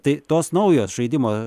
tai tos naujos žaidimo